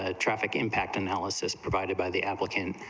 ah traffic impact analysis provided by the applicant,